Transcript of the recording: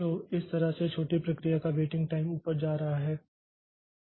तो इस तरह से इस छोटी प्रक्रिया का वेटिंग टाइम ऊपर जा रहा होगा